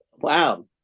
wow